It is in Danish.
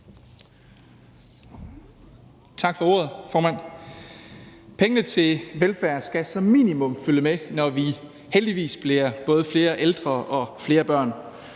Tak for ordet, formand. Pengene til velfærd skal som minimum følge med, når vi heldigvis bliver både flere ældre og flere børn.